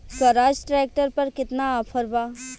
Swaraj tractor पर केतना offer बा?